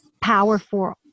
powerful